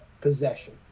possession